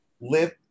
live